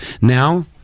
now